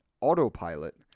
autopilot